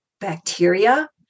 bacteria